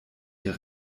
hier